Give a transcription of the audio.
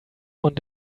und